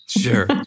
Sure